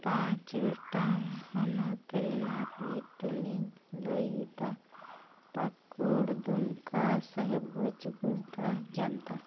ᱯᱟᱸᱪ ᱜᱚᱴᱟᱝ ᱦᱚᱱᱚᱛ ᱨᱮᱭᱟᱜ ᱧᱩᱛᱩᱢᱤᱧ ᱞᱟᱹᱭᱮᱫᱟ ᱯᱟᱹᱠᱩᱲ ᱫᱩᱢᱠᱟ ᱥᱟᱦᱮᱵᱽᱜᱚᱸᱡᱽ ᱜᱳᱰᱰᱟ ᱡᱟᱢᱛᱟᱲᱟ